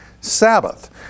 Sabbath